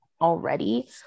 already